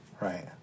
Right